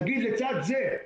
נגיד לצד זה,